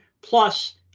plus